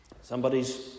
somebody's